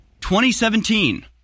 2017